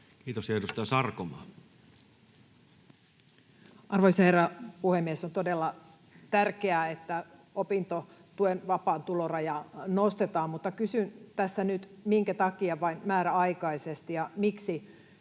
Time: 15:09 Content: Arvoisa herra puhemies! On todella tärkeää, että opintotuen vapaan tulon rajaa nostetaan, mutta kysyn tässä nyt, minkä takia vain määräaikaisesti ja miksi